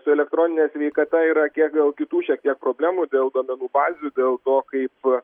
su elektronine sveikata yra kiek gal kitų šiek tiek problemų dėl duomenų bazių dėl to kaip